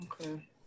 Okay